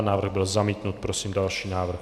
Návrh byl zamítnut. Prosím další návrh.